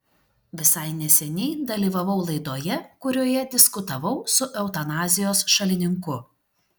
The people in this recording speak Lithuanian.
visai neseniai dalyvavau laidoje kurioje diskutavau su eutanazijos šalininku